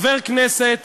חבר כנסת